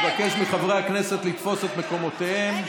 אני מבקש מחברי הכנסת לתפוס את מקומותיהם.